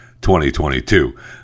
2022